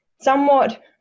somewhat